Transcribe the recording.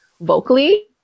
vocally